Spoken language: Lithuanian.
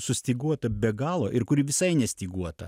sustyguota be galo ir kuri visai nestyguota